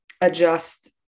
adjust